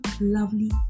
lovely